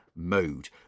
mode